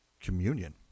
communion